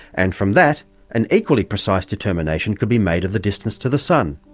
and from that an equally precise determination could be made of the distance to the sun